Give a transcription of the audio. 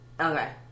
okay